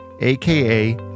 AKA